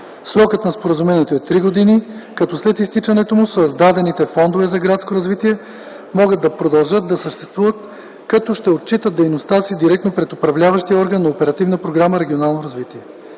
Срокът на споразумението е три години, като след изтичането му създадените фондове за градско развитие могат да продължат да съществуват, като ще отчитат дейността си директно пред Управляващия орган на Оперативна програма